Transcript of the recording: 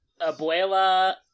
Abuela